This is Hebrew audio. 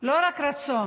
רק רצון,